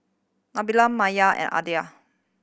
Nabila Maya and Aidil